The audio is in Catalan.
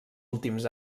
últims